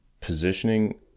positioning